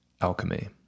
alchemy